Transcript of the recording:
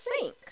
sink